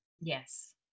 Yes